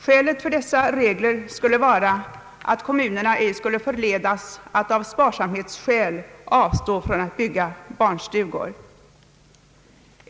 Skälet för dessa reglers existens skulle vara att kommunerna inte skulle förledas att av sparsamhetsskäl avstå från att bygga barnstugor.